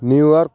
New York